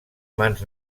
mans